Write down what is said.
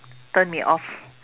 turn me off